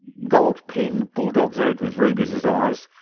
gold pin bull-dog's head, with rubies as eyes.